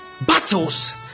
battles